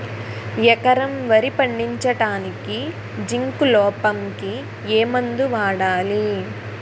ఎకరం వరి పండించటానికి జింక్ లోపంకి ఏ మందు వాడాలి?